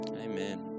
Amen